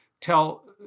tell